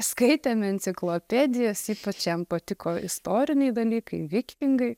skaitėme enciklopedijas ypač jam patiko istoriniai dalykai vikingai